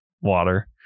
water